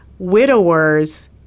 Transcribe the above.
widowers